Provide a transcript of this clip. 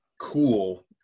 cool